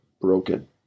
broken